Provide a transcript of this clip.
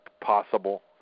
possible